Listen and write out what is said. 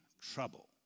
trouble